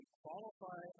qualify